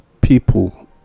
people